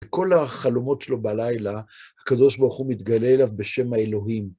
כל החלומות שלו בלילה, הקדוש ברוך הוא מתגלה אליו בשם האלוהים.